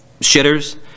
shitters